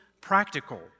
practical